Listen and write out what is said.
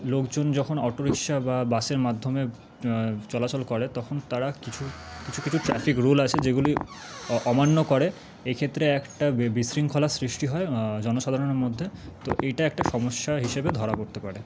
লোকজন যখন অটোরিক্সা বা বাসের মাধ্যমে চলাচল করে তখন তারা কিছু কিছু কিছু ট্রাফিক রুল আছে যেগুলি অমান্য করে এক্ষেত্রে একটা বিশৃঙ্খলার সৃষ্টি হয় জনসাধারণের মধ্যে তো এইটা একটা সমস্যা হিসেবে ধরা পড়তে পারে